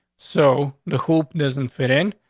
so the hoop doesn't fit in.